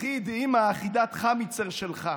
הכי הדהימה חידת חמיצר שלך.